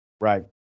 Right